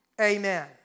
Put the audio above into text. Amen